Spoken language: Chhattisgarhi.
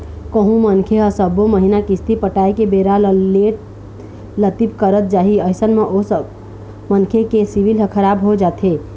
कहूँ मनखे ह सब्बो महिना किस्ती पटाय के बेरा ल लेट लतीफ करत जाही अइसन म ओ मनखे के सिविल ह खराब हो जाथे